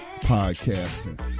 podcasting